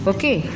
Okay